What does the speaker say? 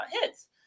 hits